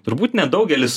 turbūt nedaugelis